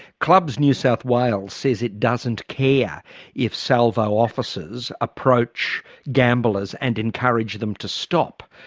clubs new south wales says it doesn't care if salvo officers approach gamblers and encourage them to stop.